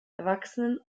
erwachsenen